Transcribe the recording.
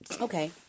okay